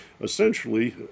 essentially